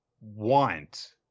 want